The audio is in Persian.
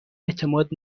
اعتماد